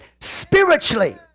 spiritually